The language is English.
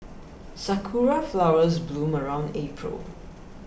sakura flowers bloom around April